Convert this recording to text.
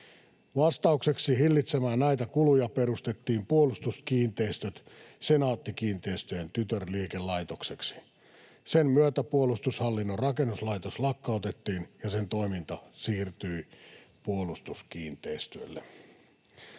Vastaukseksi hillitsemään näitä kuluja perustettiin Puolustuskiinteistöt Senaatti-kiinteistöjen tytärliikelaitokseksi. Sen myötä Puolustushallinnon rakennuslaitos lakkautettiin ja sen toiminta siirtyi Puolustuskiinteistöille.